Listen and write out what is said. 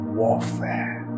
warfare